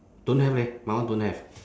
don't have eh my one don't have